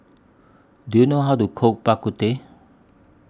Do YOU know How to Cook Bak Kut Teh